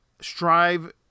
strive